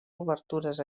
obertures